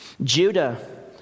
Judah